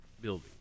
building